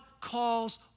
calls